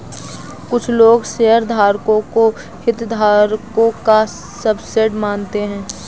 कुछ लोग शेयरधारकों को हितधारकों का सबसेट मानते हैं